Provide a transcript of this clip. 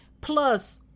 plus